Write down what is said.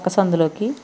పక్క సందులోకి